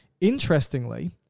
Interestingly